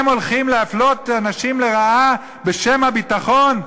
הם הולכים להפלות אנשים לרעה בשם הביטחון?